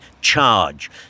charge